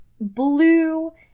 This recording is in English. blue